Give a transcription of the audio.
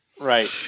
Right